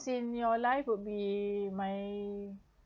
in your life would be my